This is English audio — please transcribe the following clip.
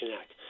Act